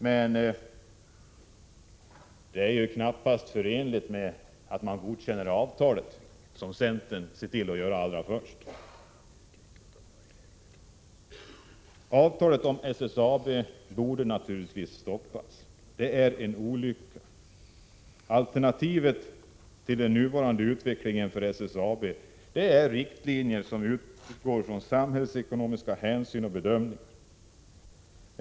Men det är knappast förenligt med att man godkänner avtalet, vilket centern ser till att göra allra först. SSAB-avtalet borde naturligtvis stoppas. Det är en olycka. Alternativet till den nuvarande utvecklingen för SSAB är riktlinjer som utgår från samhällsekonomiska hänsyn och bedömningar.